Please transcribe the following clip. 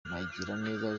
mugiraneza